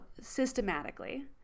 systematically